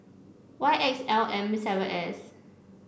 Y X L M seven S